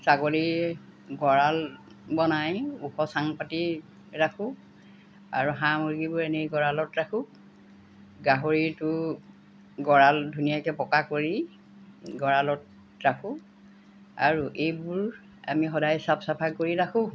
ছাগলীৰ গঁৰাল বনাই ওখ চাং পাতি ৰাখোঁ আৰু সামগ্ৰীবোৰ এনেই গঁৰালত ৰাখোঁ গাহৰিটো গঁৰাল ধুনীয়াকৈ পকা কৰি গঁৰালত ৰাখোঁ আৰু এইবোৰ আমি সদায় চাফ চাফাই কৰি ৰাখোঁ